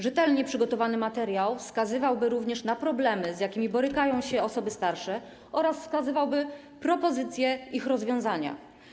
Rzetelnie przygotowany materiał wskazywałby również na problemy, z jakimi borykają się osoby starsze, oraz wskazywałby propozycje ich rozwiązania.